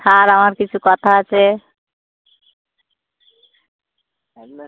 sir আমার কিছু কথা আছে